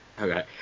Okay